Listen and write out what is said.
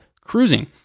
cruising